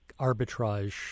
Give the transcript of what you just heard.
arbitrage